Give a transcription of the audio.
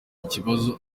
ikibazo